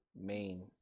main